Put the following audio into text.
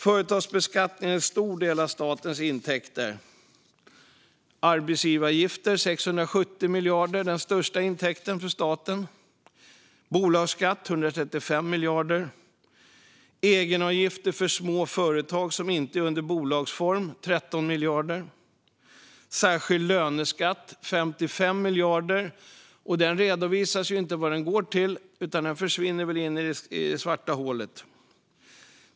Företagsbeskattningen är en stor del av statens intäkter. Arbetsgivaravgifter är 670 miljarder, den största intäkten för staten. Bolagsskatt är 135 miljarder. Egenavgifter för små företag som inte är under bolagsform är 13 miljarder. Särskild löneskatt är 55 miljarder. Det redovisas inte vad den går till; den försvinner väl in i det svarta hålet.